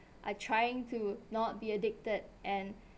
are trying to not be addicted and